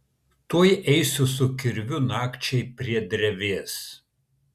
tuoj eisiu su kirviu nakčiai prie drevės